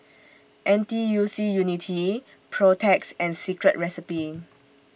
N T U C Unity Protex and Secret Recipe